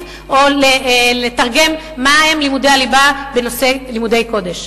או לתרגם מה הם לימודי הליבה בנושא לימודי קודש.